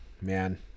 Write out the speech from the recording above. man